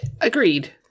Agreed